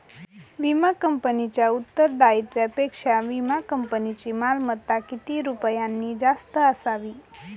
विमा कंपनीच्या उत्तरदायित्वापेक्षा विमा कंपनीची मालमत्ता किती रुपयांनी जास्त असावी?